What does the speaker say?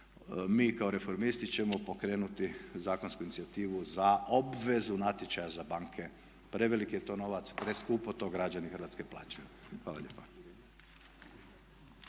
mi kao Reformisti ćemo pokrenuti zakonsku inicijativu za obvezu natječaja za banke. Prevelik je to novac, preskupo to građani Hrvatske plaćaju. Hvala lijepa.